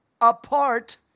apart